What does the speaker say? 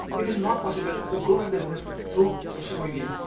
it is not possible to grow my business through social media.